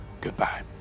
Goodbye